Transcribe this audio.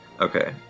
Okay